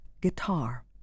guitar